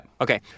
Okay